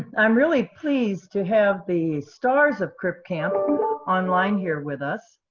i'm really pleased to have the stars of crip camp online here with us.